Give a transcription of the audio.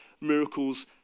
miracles